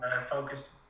focused